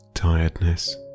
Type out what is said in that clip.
tiredness